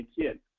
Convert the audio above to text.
kids